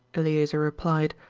eleazer replied,